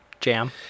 Jam